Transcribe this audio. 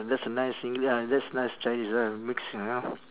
that's a nice singl~ ya that's nice chinese ah mix you know